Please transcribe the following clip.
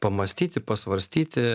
pamąstyti pasvarstyti